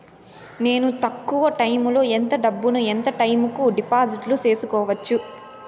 నేను తక్కువ టైములో ఎంత డబ్బును ఎంత టైము కు డిపాజిట్లు సేసుకోవచ్చు?